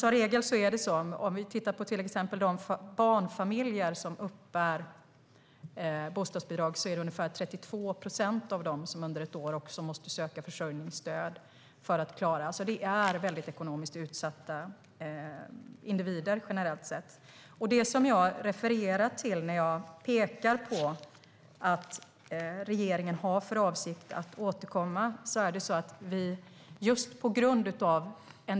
Om vi till exempel tittar på de barnfamiljer som uppbär bostadsbidrag är det ungefär 32 procent av dem som under ett år måste söka försörjningsstöd för att klara sig. Det är generellt sett väldigt ekonomiskt utsatta individer. Det som jag refererar till när jag pekar på att regeringen har för avsikt att återkomma är en del av de sakerna.